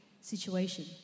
situation